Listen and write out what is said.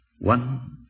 One